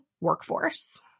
workforce